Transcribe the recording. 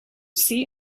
see